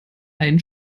ein